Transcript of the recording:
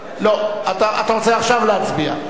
לא, אתה רוצה עכשיו להצביע.